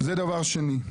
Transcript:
זה דבר שני.